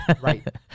Right